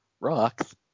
rocks